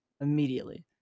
immediately